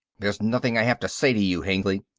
there's nothing i have to say to you, hengly.